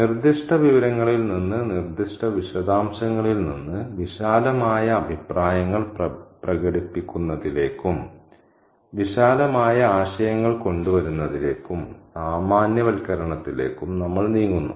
നിർദ്ദിഷ്ട വിവരങ്ങളിൽ നിന്ന് നിർദ്ദിഷ്ട വിശദാംശങ്ങളിൽ നിന്ന് വിശാലമായ അഭിപ്രായങ്ങൾ പ്രകടിപ്പിക്കുന്നതിലേക്കും വിശാലമായ ആശയങ്ങൾ കൊണ്ടുവരുന്നതിലേക്കും സാമാന്യവൽക്കരണത്തിലേക്കും നമ്മൾ നീങ്ങുന്നു